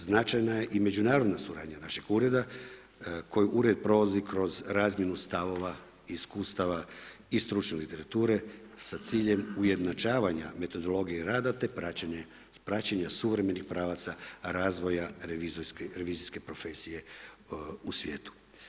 Značajna je i međunarodna suradnja našeg Ureda koji ... kroz razmjenu stavova, iskustava i stručnu literature sa ciljem ujednačavanja metodologije rada, te praćenja suvremenim pravaca razvoja revizijske profesije u svijetu.